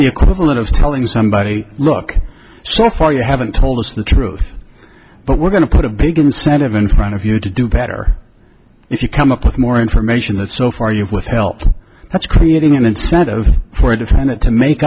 the equivalent of telling somebody look so far you haven't told us the truth but we're going to put a big incentive in front of you to do better if you come up with more information that so far you have with help that's creating an incentive for a defendant to make